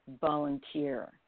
volunteer